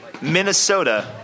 Minnesota